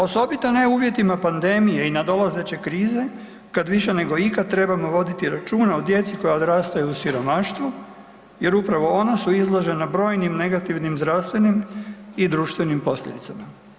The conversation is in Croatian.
Osobito ne u uvjetima pandemije i nadolazeće krize kad više nego ikad trebamo voditi računa o djeci koja odrastaju u siromaštvu jer upravo ona su izložena brojnim negativnim zdravstvenim i društvenim posljedicama.